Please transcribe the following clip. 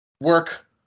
work